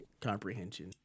comprehension